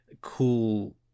cool